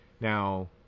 now